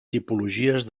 tipologies